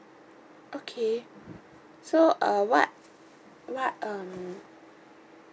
okay so uh what what um